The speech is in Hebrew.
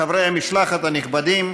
חברי המשלחת הנכבדים,